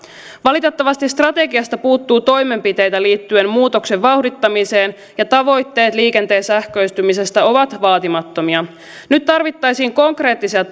valitettavasti strategiasta puuttuu toimenpiteitä liittyen muutoksen vauhdittamiseen ja tavoitteet liikenteen sähköistymisestä ovat vaatimattomia nyt tarvittaisiin konkreettisia